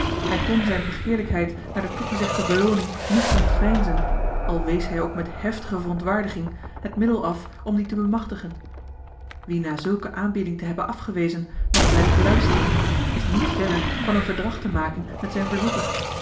hij kon zijne begeerlijkheid naar de toegezegde belooning niet ontveinzen al wees hij ook met heftige verontwaardiging het middel af om die te bemachtigen wie na zulke aanbieding te hebben afgewezen nog blijft luisteren is niet verre van een verdrag te maken met zijn verzoeker